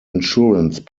insurance